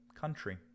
country